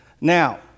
Now